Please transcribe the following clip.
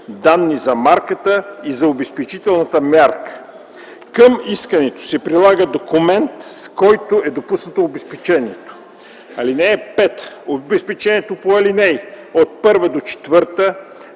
данни за марката и за обезпечителната мярка. Към искането се прилага документ, с който е допуснато обезпечението. (5) Обезпечението по ал. 1 - 4